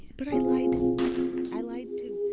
but i lied i lied to.